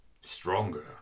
Stronger